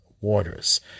waters